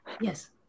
yes